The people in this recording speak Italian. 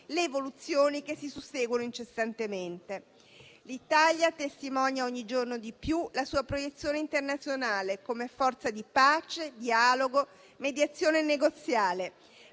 le evoluzioni che si susseguono incessantemente. L'Italia testimonia ogni giorno di più la sua proiezione internazionale come forza di pace, dialogo e mediazione negoziale;